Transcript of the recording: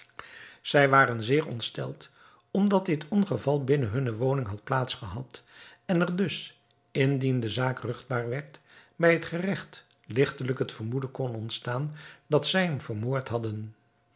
zij waren zeer ontsteld omdat dit ongeval binnen hunne woning had plaats gehad en er dus indien de zaak ruchtbaar werd bij het geregt ligtelijk het vermoeden kon ontstaan dat zij hem vermoord hadden